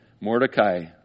Mordecai